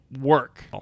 work